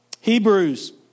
Hebrews